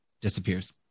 disappears